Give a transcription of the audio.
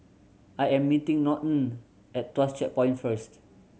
I am meeting Norton at Tuas Checkpoint first